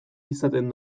izaten